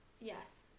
yes